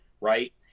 right